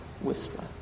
whisper